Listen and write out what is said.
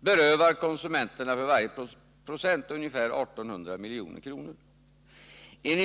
Den berövar konsumenterna ungefär 1 800 milj.kr. för varje procent.